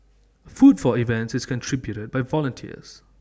food for events is contributed by volunteers